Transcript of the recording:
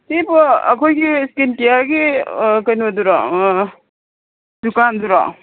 ꯁꯤꯕꯨ ꯑꯩꯈꯣꯏꯒꯤ ꯁ꯭ꯀꯤꯟ ꯀꯤꯌꯥꯔꯒꯤ ꯀꯩꯅꯣꯗꯨꯔꯣ ꯗꯨꯀꯥꯟꯗꯨꯔꯣ